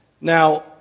Now